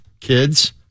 kids